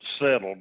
settled